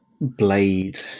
blade